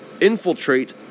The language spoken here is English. infiltrate